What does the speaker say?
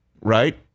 right